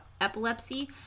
Epilepsy